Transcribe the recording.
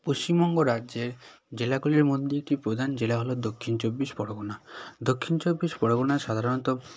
পশ্চিমবঙ্গ রাজ্যের জেলাগুলির মধ্যে একটি প্রধান জেলা হল দক্ষিণ চব্বিশ পরগনা দক্ষিণ চব্বিশ পরগনা সাধারণত